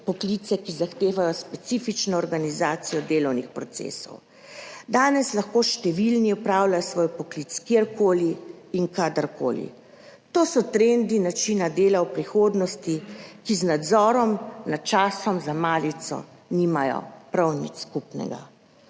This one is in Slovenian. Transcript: poklice, ki zahtevajo specifično organizacijo delovnih procesov. Danes lahko številni opravljajo svoj poklic kjer koli in kadar koli. To so trendi načina dela v prihodnosti, ki z nadzorom nad časom za malico nimajo prav nič skupnega.